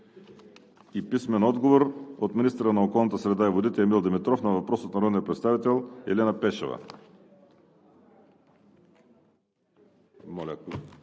Георги Стоилов; – министъра на околната среда и водите Емил Димитров на въпрос от народния представител Елена Пешева.